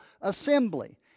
assembly